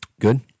Good